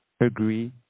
agree